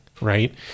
right